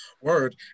word